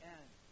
end